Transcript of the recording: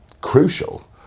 crucial